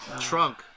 trunk